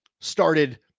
started